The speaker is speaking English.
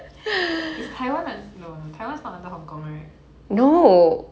is taiwan un~ no taiwan is not under hong kong right